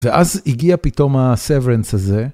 ואז הגיע פתאום ה severance הזה.